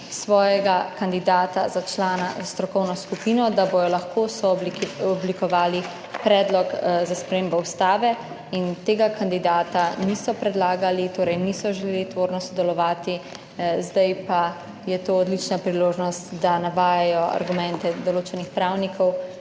svojega kandidata za člana v strokovno skupino, da bodo lahko sooblikovali predlog za spremembo ustave. Tega kandidata niso predlagali, torej niso želeli tvorno sodelovati. Zdaj pa je to odlična priložnost, da navajajo argumente določenih pravnikov,